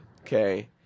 okay